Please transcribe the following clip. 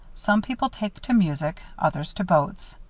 some people take to music, others to boats.